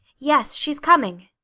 yes she's coming.